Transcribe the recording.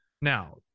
Now